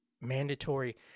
mandatory